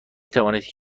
توانید